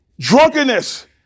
drunkenness